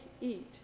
eat